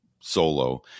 solo